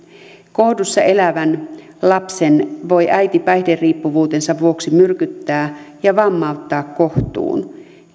kohdussa elävän lapsen voi äiti päihderiippuvuutensa vuoksi myrkyttää ja vammauttaa kohtuun